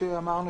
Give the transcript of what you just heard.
שאמרנו